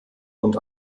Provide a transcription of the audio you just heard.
und